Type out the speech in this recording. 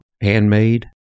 handmade